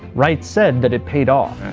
wright said that it paid off.